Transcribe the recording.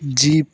jeep